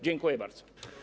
Dziękuję bardzo.